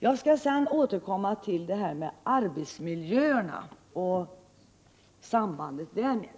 Jag skall återkomma till arbetsmiljöerna och sambandet därmed.